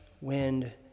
wind